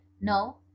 No